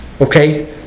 Okay